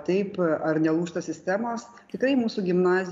taip ar nelūžta sistemos tikrai mūsų gimnaz